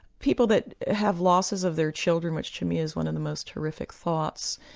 people that have losses of their children which to me is one of the most horrific thoughts,